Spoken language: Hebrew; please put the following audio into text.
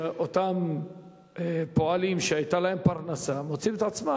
אותם פועלים שהיתה להם פרנסה מוצאים את עצמם